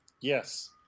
Yes